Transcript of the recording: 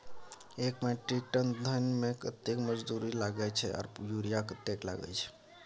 एक metric ton धान में कतेक मजदूरी लागे छै आर यूरिया कतेक लागे छै?